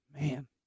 Man